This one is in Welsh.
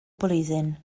blwyddyn